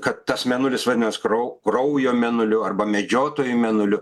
kad tas mėnulis vadinas krau kraujo mėnuliu arba medžiotojų mėnuliu